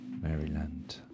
Maryland